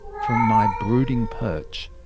from my brooding perch,